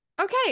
Okay